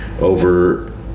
over